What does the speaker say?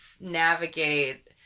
navigate